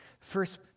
First